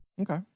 okay